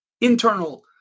internal